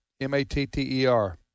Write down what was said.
M-A-T-T-E-R